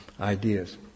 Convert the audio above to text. ideas